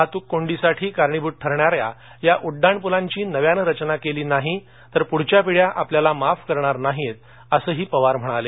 वाहतूक कोंडीसाठी कारणीभूत ठरणा या या उडडाणपूलांची नव्यानं रचना केली नाही तर पुढच्या पिद्या आपल्याला माफ करणार नाहीत असंही पवार म्हणाले